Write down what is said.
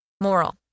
Moral